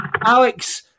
Alex